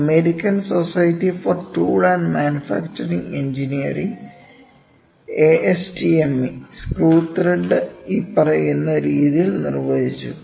American society for tool and manufacturing engineering American Society for Tool and Manufacturing Engineering ASTME screw thread ഇനിപ്പറയുന്ന രീതിയിൽ നിർവചിച്ചു